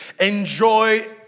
enjoy